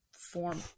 form